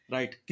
Right